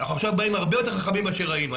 אנחנו עכשיו באים הרבה יותר חכמים מאשר היינו.